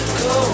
go